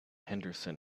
henderson